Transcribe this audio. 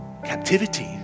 captivity